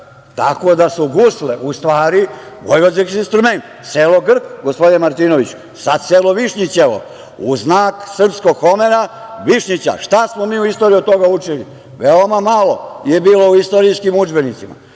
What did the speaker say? Tako da su gusle u stvari vojvođanski instrument, selo Grk gospodine Martinoviću, sad selo Višnjićevo, u znak srpskog Homera Višnjića. Šta smo mi u istoriji od toga učili? Veoma malo je bilo u istorijskim udžbenicima. Hajde